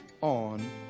on